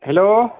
hello